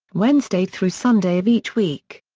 wednesday through sunday of each week.